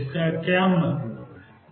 तो इसका क्या मतलब है